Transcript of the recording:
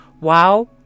wow